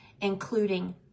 including